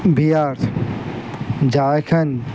Bihar Jharkhand